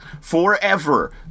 forever